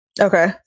Okay